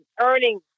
earning